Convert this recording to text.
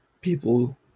People